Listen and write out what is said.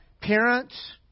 parents